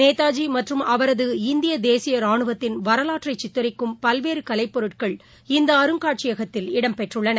நேதாஜிமற்றும் இந்தியதேசியராணுவத்தின் வரலாற்றைசித்தரிக்கும் அவரது பல்வேறுகலைப்பொருட்கள் இந்தஅருங்காட்சியகத்தில் இடம்பெற்றுள்ளன